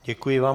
Děkuji vám.